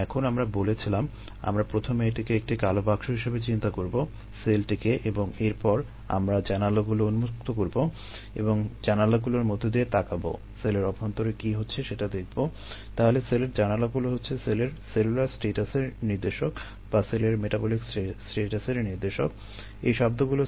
এখন আমরা বলেছিলাম আমরা প্রথমে এটিকে একটি কালো বাক্স হিসেবে চিন্তা করবো সেলটিকে এবং এরপর আমরা জানালাগুলো উন্মুক্ত করবো এবং জানালাগুলোর মধ্য দিয়ে তাকাবো সেলের অভ্যন্তরে কী হচ্ছে সেটা দেখবো